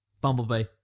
Bumblebee